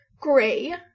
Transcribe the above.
gray